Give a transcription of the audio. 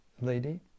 lady